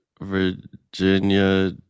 Virginia